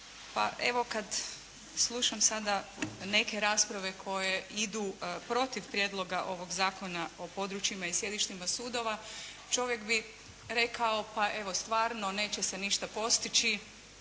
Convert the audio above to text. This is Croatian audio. evo kada slušam sada neke rasprave koje idu protiv prijedloga ovog Zakona o područjima i sjedištima sudova čovjek bi rekao pa evo stvarno neće se ništa postići,